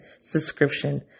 subscription